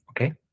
okay